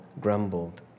grumbled